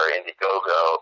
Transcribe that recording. Indiegogo